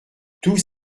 tous